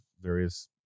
various